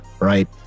right